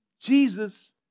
Jesus